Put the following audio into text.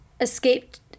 escaped